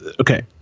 Okay